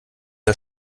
der